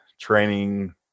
training